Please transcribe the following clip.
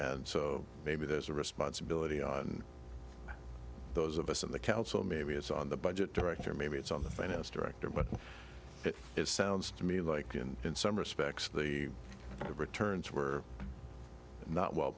and so maybe there's a responsibility on those of us in the council maybe it's on the budget director maybe it's on the finance director but it sounds to me like and in some respects the returns were not well